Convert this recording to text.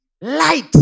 light